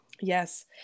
yes